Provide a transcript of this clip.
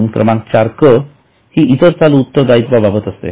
नोंद क्रमांक चार क हि इतर चालू उत्तरदायित्वा बाबत असते